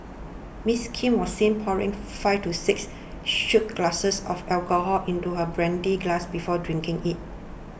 Miss Kim was seen pouring five to six shot glasses of alcohol into her brandy glass before drinking it